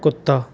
ਕੁੱਤਾ